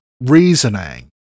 reasoning